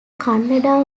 kannada